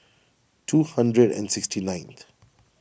two hundred and sixty ninth